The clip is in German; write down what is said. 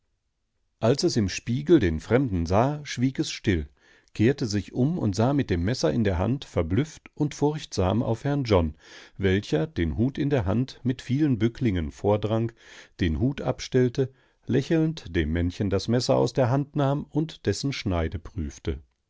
als es im spiegel den fremden sah schwieg es still kehrte sich um und sah mit dem messer in der hand verblüfft und furchtsam auf herrn john welcher den hut in der hand mit vielen bücklingen vordrang den hut abstellte lächelnd dem männchen das messer aus der hand nahm und dessen schneide prüfte